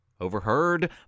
overheard